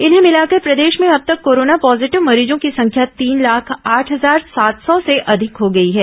इन्हें मिलाकर प्रदेश में अब तक कोरोना पॉजीटिव मरीजों की संख्या तीन लाख आठ हजार सात सौ से अधिक हो गई है